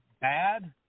bad